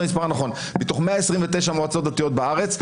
המספר הנכון מתוך 129 מועצות דתיות בארץ,